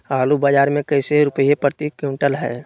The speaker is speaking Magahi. आलू बाजार मे कैसे रुपए प्रति क्विंटल है?